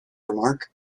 remark